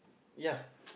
ya